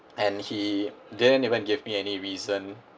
and he didn't even give me any reason